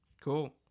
Cool